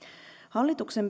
hallituksen